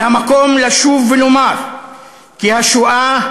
זה המקום לשוב ולומר כי השואה,